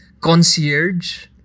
concierge